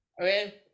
Okay